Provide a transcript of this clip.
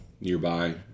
nearby